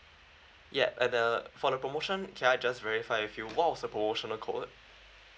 ya and uh for the promotion can I just verify with you what was the promotional code